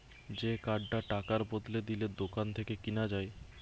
যে কার্ডটা টাকার বদলে দিলে দোকান থেকে কিনা যায়